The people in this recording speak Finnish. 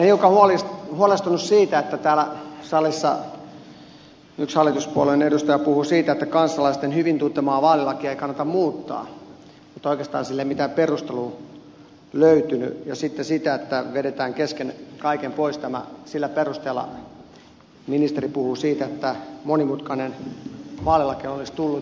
olen hiukan huolestunut siitä että täällä salissa yksi hallituspuolueen edustaja puhui siitä että kansalaisten hyvin tuntemaa vaalilakia ei kannata muuttaa mutta oikeastaan sille ei mitään perustelua löytynyt ja sitten siitä että vedetään kesken kaiken pois tämä sillä perusteella ministeri puhui siitä että monimutkainen vaalilaki olisi tullut